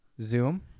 Zoom